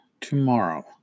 tomorrow